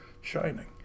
shining